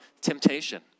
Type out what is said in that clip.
temptation